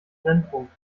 brennpunkt